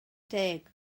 deg